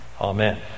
Amen